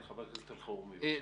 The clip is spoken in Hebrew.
חבר הכנסת אלחרומי, בבקשה.